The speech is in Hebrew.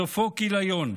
סופו כיליון.